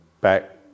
Back